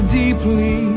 deeply